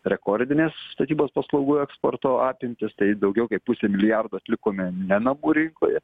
rekordines statybos paslaugų eksporto apimtis tai daugiau kaip pusė milijardo atlikome ne namų rinkoje